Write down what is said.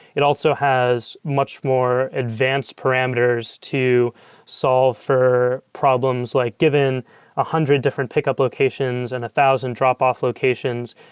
it also has much more advanced parameters to solve for problems like given a hundred different pickup locations and a thousand drop-off locations,